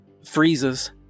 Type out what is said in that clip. freezes